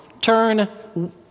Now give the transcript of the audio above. Turn